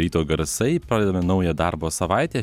ryto garsai pradeda naują darbo savaitę